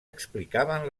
explicaven